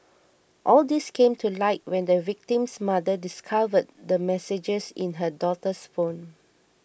all these came to light when the victim's mother discovered the messages in her daughter's phone